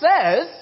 says